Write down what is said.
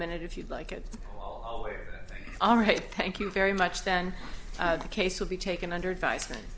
minute if you like it's all right thank you very much then the case will be taken under advisement